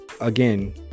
again